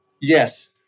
Yes